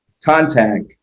contact